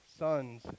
sons